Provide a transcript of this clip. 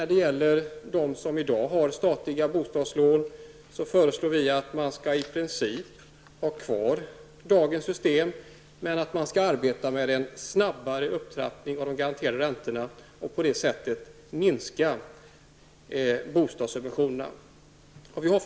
De som i dag får räntebostadslån föreslår vi i princip skall få ha dem kvar enligt dagens system men säger att man skall arbeta för en snabbare upptrappning av de garanterade räntorna för att på så sätt minska bostadssubventionerna.